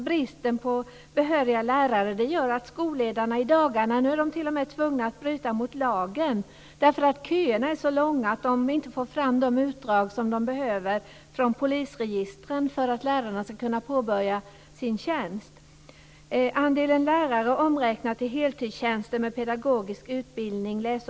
Bristen på behöriga lärare gör att skolledarna nu t.o.m. är tvungna att bryta mot lagen - köerna är så långa att de inte får fram de utdrag som de behöver från polisregistren innan lärarna kan påbörja sin tjänst.